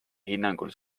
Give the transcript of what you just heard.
hinnangul